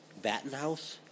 Battenhouse